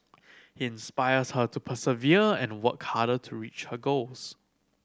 he inspires her to persevere and work harder to reach her goals